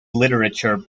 literature